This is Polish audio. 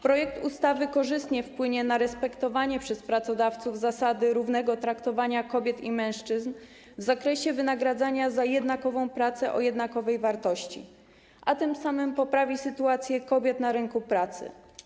Projekt ustawy korzystnie wpłynie na respektowanie przez pracodawców zasady równego traktowania kobiet i mężczyzn w zakresie wynagradzania za jednakową pracę o jednakowej wartości, a tym samym poprawi sytuację kobiet na rynku pracy.